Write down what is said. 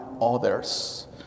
others